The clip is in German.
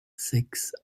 sechs